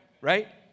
right